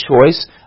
choice